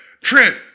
Trent